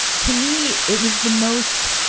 to me, it was the most,